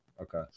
Okay